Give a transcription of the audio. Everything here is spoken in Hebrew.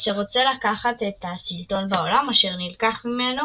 אשר רוצה לקחת את השלטון בעולם אשר נלקח ממנו